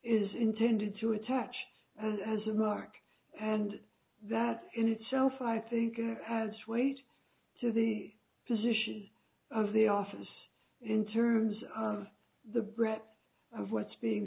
is intended to attach as a mark and that in itself i think it adds weight to the position of the office in terms of the breadth of what's being